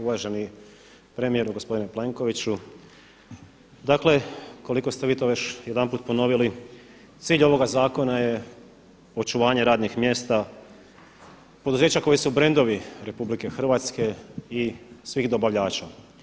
Uvaženi premijeru gospodine Plenkoviću, dakle koliko ste vi to već jedanput ponovili cilj ovoga zakona je očuvanje radnih mjesta, poduzeća koji su brendovi Republike Hrvatske i svih dobavljača.